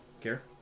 Care